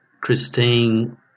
Christine